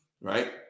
right